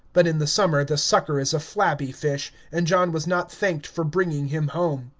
but in the summer the sucker is a flabby fish, and john was not thanked for bringing him home.